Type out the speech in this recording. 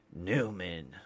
Newman